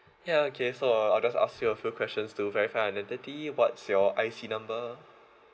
okay so uh I'll just ask you a few questions to verify your identity what's your I_C number